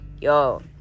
yo